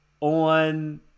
on